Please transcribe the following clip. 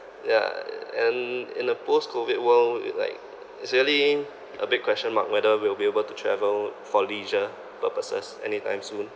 yeah and in the post COVID world like it's really a big question mark whether we'll be able to travel for leisure purposes anytime soon